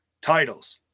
titles